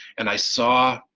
and i saw,